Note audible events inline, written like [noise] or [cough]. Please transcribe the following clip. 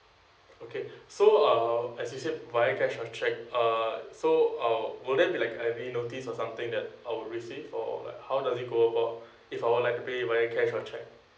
okay [breath] so uh as you said via cash or cheque uh so uh would that be like having I will be noticed or something that I will receive or how does it go about [breath] if I will like to pay via cash or cheque [breath]